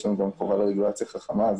יש לנו גם חובה לרגולציה חכמה,